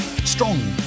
Strong